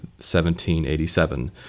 1787